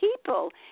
people